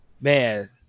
man